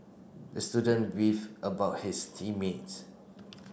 the student beef about his team mates